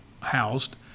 housed